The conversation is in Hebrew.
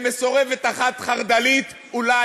למסורבת אחת חרד"לית אולי,